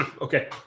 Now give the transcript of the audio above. okay